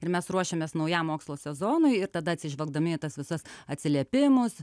ir mes ruošiamės naujam mokslo sezonui ir tada atsižvelgdami į tas visas atsiliepimus